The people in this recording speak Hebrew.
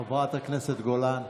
חברת הכנסת גולן.